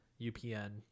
upn